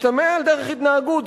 משתמע מדרך התנהגות.